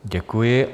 Děkuji.